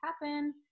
happen